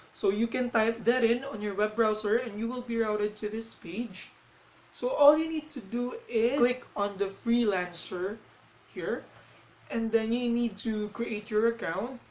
so you can type that in on your web browser and you will be routed to this page so all you need to do is to click on the freelancer here and then you need to create your account.